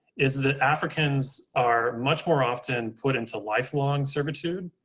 is that africans are much more often put into lifelong servitude.